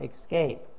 escape